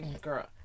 Girl